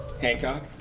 Hancock